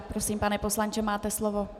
Prosím, pane poslanče, máte slovo.